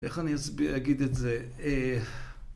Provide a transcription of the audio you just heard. איך אני אסביר, אגיד את זה, אה...